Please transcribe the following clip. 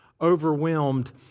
overwhelmed